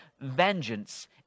vengeance